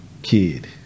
Kid